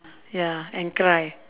ya and cry